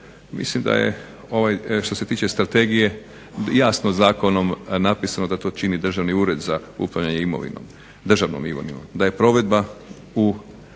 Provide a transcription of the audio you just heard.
Mislim da je što se tiče strategije jasno zakonom napisano da to čini Državni ured za upravljanje državnom imovinom, da je provedba u